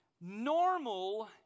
Normal